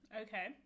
Okay